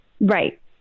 Right